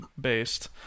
based